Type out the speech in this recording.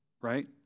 right